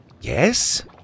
Yes